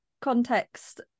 context